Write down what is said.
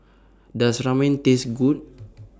Does Ramen Taste Good